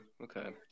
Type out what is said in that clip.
okay